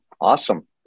Awesome